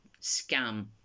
scam